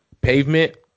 pavement